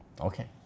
Okay